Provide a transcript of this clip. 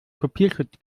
kopierschutz